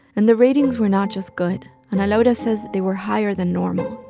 and the ratings were not just good ana laura says they were higher than normal.